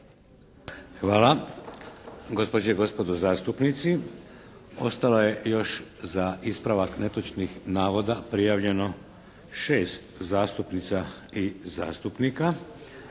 Hvala. Gospođe i gospodo zastupnici, ostala je još za ispravak netočnih navoda prijavljeno 6 zastupnica i zastupnika.